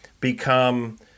become